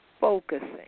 focusing